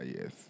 yes